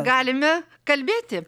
galime kalbėti